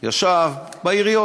ישב בעיריות.